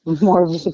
more